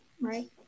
Right